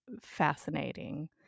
fascinating